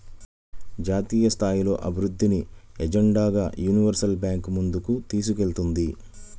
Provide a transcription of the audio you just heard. జాతీయస్థాయిలో అభివృద్ధిని ఎజెండాగా యూనివర్సల్ బ్యాంకు ముందుకు తీసుకెళ్తుంది